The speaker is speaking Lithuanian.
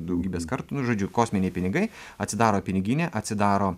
daugybės kartų nu žodžiu kosminiai pinigai atsidaro piniginė atsidaro